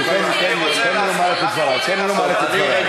מרב, מרב, אין בעיה.